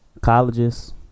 Colleges